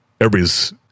everybody's